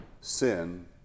sin